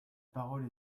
parole